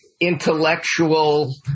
intellectual